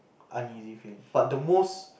uneasy feeling but the most